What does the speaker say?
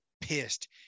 pissed